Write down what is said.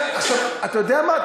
אתה יודע מה,